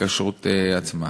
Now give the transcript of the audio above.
הכשרות עצמה.